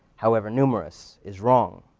however numerous, is wrong.